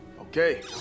Okay